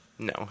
No